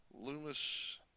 Loomis